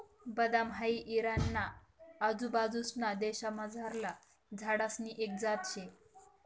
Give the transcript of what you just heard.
बदाम हाई इराणा ना आजूबाजूंसना देशमझारला झाडसनी एक जात शे